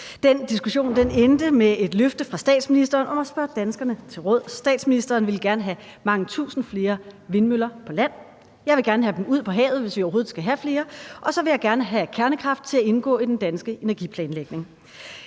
Den diskussion endte med et løfte fra statsministeren om at spørge danskerne til råds. Statsministeren vil gerne have mange tusind flere vindmøller på land. Jeg vil gerne have dem ud på havet, hvis vi overhovedet skal have flere, og så vil jeg gerne have kernekraft til at indgå i den danske energiplan.